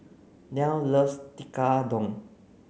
Nell loves Tekkadon